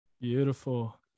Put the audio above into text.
Beautiful